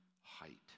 height